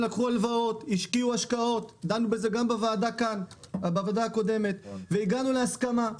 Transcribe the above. הם לקחו הלוואות והשקיעו השקעות והגענו להסכמה.